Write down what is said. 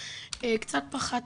קצת פחדתי,